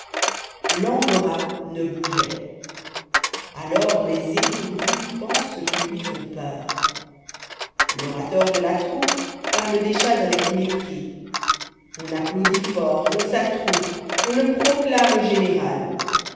l'angora ne hougeoit alors mes étourdis pensent qu'ils lui font peur l'orateur de la troupa parle deschats avec mépris on applaudit fort on s'attroupe on le proclame général